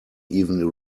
even